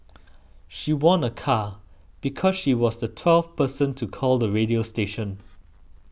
she won a car because she was the twelfth person to call the radio station